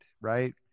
right